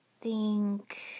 think